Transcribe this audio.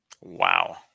Wow